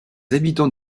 habitants